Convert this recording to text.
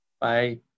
Bye